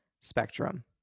spectrum